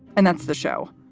and that's the show.